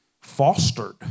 fostered